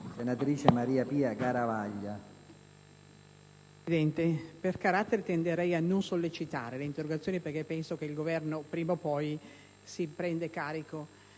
Mariapia *(PD)*. Signor Presidente, per carattere tenderei a non sollecitare le interrogazioni, perché penso che il Governo prima o poi si farà carico